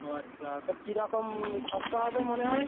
ও আচ্ছা তা কীরকম খরচা হবে মনে হয়